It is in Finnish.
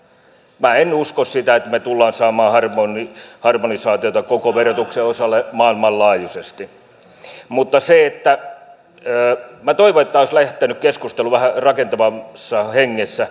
minä en usko sitä että me tulemme saamaan harmonisaatiota koko verotuksen osalle maailmanlaajuisesti mutta minä toivoin että tämä keskustelu olisi lähtenyt vähän rakentavammassa hengessä